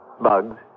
Bugs